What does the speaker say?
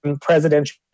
presidential